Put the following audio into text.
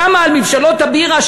למה על מבשלות הבירה,